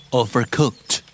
overcooked